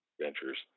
ventures